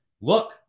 look